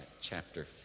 chapter